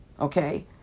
Okay